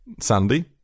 Sandy